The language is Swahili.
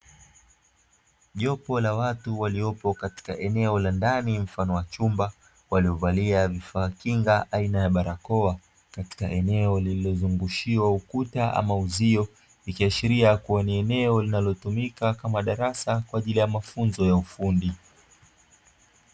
Jopo la watu waliopo katika eneo la ndani mfano wa chumba, waliovalia vifaa kinga aina ya barakoa, katika eneo lililozungushiwa ukuta ama uzio, likiashiria kuwa ni eneo linalotumika kama darasa, kwa ajili ya mafunzo ya ufundi.